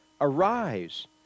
arise